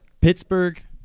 Pittsburgh